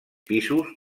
pisos